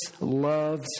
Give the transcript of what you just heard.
loves